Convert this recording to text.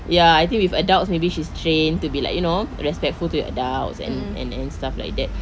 ya I think with adults maybe she's trained to be like you know respectful to the adults and and and stuffs like that